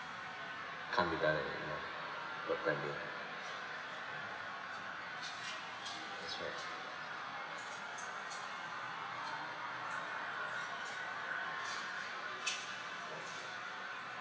can't be done that's right